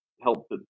helped